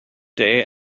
day